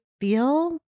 feel